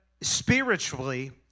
spiritually